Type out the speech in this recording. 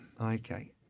Okay